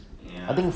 ya